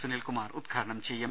സുനിൽകുമാർ ഉദ്ഘാടനം ചെയ്യും